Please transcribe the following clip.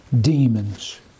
Demons